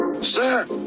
Sir